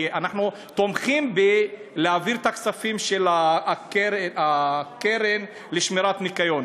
אנחנו תומכים בהעברת כספי הקרן לשמירת הניקיון,